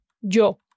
Yo